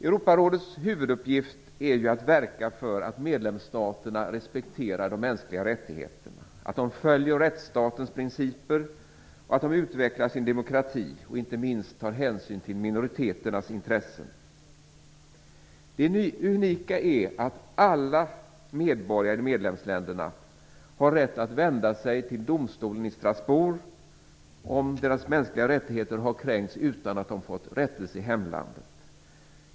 Europarådets huvuduppgift är att verka för att medlemsstaterna respekterar de mänskliga rättigheterna, följer rättsstatens principer, utvecklar sin demokrati och inte minst tar hänsyn till minoriteters intressen. Det unika är att alla medborgare i medlemsländerna har rätt att vända sig till domstolen i Strasbourg om deras mänskliga rättigheter har kränkts utan att de fått rättelse i hemlandet.